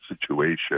situation